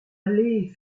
allez